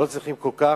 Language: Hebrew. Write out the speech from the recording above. ולא צריך להתחכם,